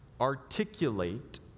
articulate